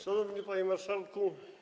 Szanowny Panie Marszałku!